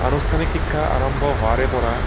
আনুষ্ঠানিক শিক্ষা আৰম্ভ হোৱাৰে পৰা